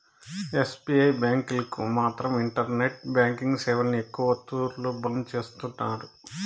SBI బ్యాంకీలు మాత్రం internet banking సేవల్ని ఎక్కవ తూర్లు బంద్ చేస్తున్నారు